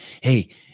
hey